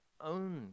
own